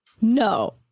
No